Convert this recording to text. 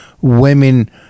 women